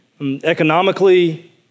economically